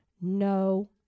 No